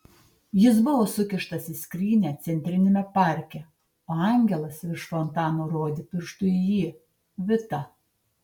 jis buvo sukištas į skrynią centriniame parke o angelas virš fontano rodė pirštu į jį vitą